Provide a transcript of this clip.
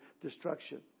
destruction